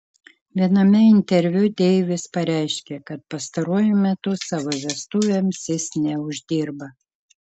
viename interviu deivis pareiškė kad pastaruoju metu savo vestuvėms jis neuždirba